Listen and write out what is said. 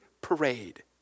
parade